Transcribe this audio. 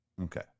Okay